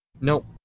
Nope